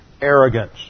arrogance